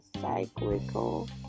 cyclical